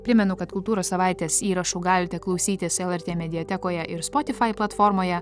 primenu kad kultūros savaitės įrašų galite klausytis lrt mediatekoje ir spotify platformoje